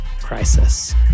crisis